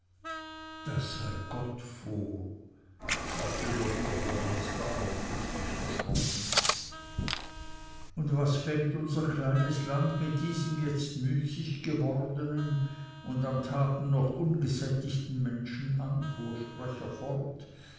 da sei gott vor sagte der bürgermeister aufrichtig erschrocken und was fängt unser kleines land mit diesem jetzt müßig gewordenen und an taten noch ungesättigten menschen an fuhr sprecher fort